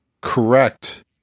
correct